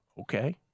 okay